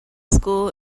school